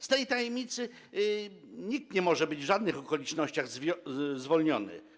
Z tej tajemnicy nikt nie może być w żadnych okolicznościach zwolniony.